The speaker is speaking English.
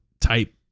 type